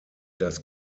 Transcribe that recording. das